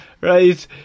right